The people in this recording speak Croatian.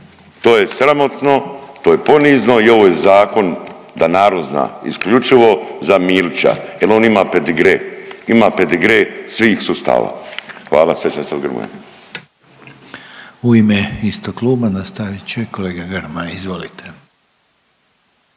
To je sramotno, to je ponizno i ovo je zakon da narod zna isključivo za Milića jer on ima pedigre, ima pedigre svih sustava. Hvala. Sad će nastavit Grmoja. **Reiner, Željko (HDZ)** U ime istog kluba nastavit će kolega Grmoja. Izvolite.